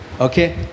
Okay